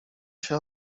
się